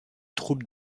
troupes